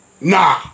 nah